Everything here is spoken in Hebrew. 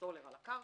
סולר על הקרקע,